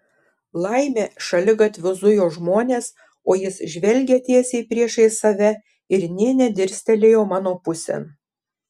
laimė šaligatviu zujo žmonės o jis žvelgė tiesiai priešais save ir nė nedirstelėjo mano pusėn